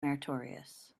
meritorious